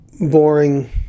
boring